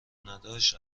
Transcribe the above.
نداشت